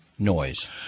noise